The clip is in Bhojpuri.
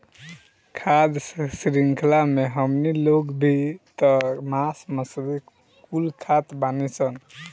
खाद्य शृंख्ला मे हमनी लोग भी त मास मछली कुल खात बानीसन